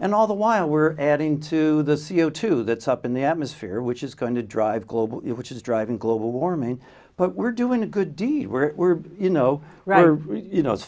and all the while we're adding to the c o two that's up in the atmosphere which is going to drive global which is driving global warming but we're doing a good deed where we're you know right you know it's